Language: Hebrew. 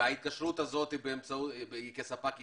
ההתקשרות הזאת היא כספק יחיד?